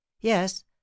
yes